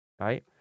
right